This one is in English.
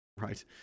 right